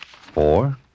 Four